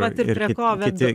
vat ir prie ko vedu